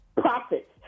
profits